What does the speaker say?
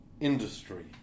industry